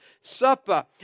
Supper